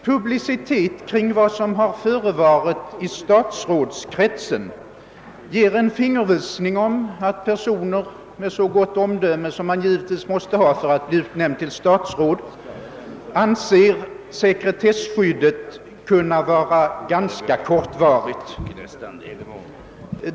Publicitet kring vad som förevarit i statsrådskretsen ger en fingervisning om att personer med så gott omdöme som man givetvis måste ha för att bli utnämnd till statsråd anser att sekretesskyddet i ett så viktigt sammanhang kan vara ganska kortvarigt.